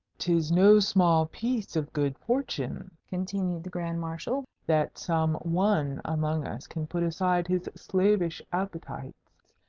tis no small piece of good fortune, continued the grand marshal, that some one among us can put aside his slavish appetites,